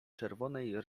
czerwonej